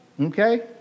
Okay